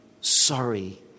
sorry